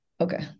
Okay